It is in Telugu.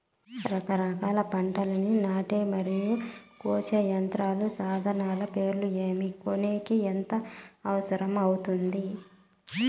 రకరకాల పంటలని నాటే మరియు కోసే యంత్రాలు, సాధనాలు పేర్లు ఏమి, కొనేకి ఎంత అవసరం అవుతుంది?